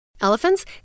Elephants